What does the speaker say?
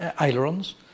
ailerons